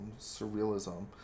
surrealism